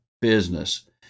business